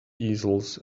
easels